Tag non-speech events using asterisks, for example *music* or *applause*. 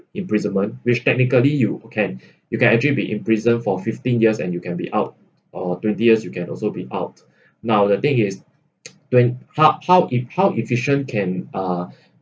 imprisonment which technically you can you can actually be in prison for fifteen years and you can be out or twenty years you can also be out now the thing is *noise* how how it how efficient can uh